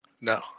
No